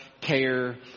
care